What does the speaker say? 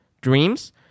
dreams